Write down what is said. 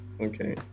Okay